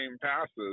passes